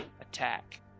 attack